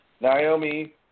Naomi